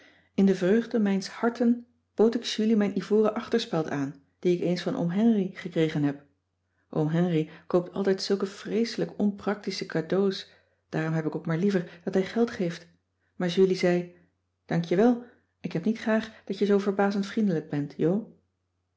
in de vreugde mijns harten bood ik julie mijn ivoren achterspeld aan die ik eens van oom henri gekregen heb oom henri koopt altijd zulke vreeselijk onpractische cadeaux daarom heb ik ook maar liever dat hij geld geeft maar julie zei dank je wel ik heb niet graag dat je zoo verbazend vriendelijk bent jo